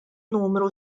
numru